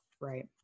Right